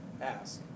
ask